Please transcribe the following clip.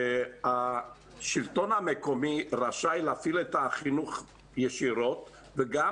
השלטון המקומי רשאי להפעיל את החינוך ישירות וגם